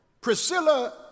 Priscilla